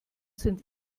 sind